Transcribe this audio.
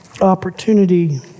opportunity